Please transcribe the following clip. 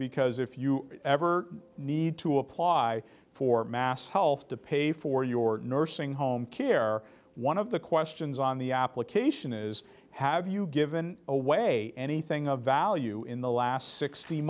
because if you ever need to apply for mass health to pay for your nursing home care one of the questions on the application is have you given away anything of value in the last sixt